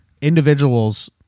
individuals